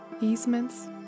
easements